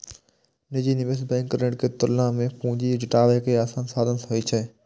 निजी निवेश बैंक ऋण के तुलना मे पूंजी जुटाबै के आसान साधन होइ छै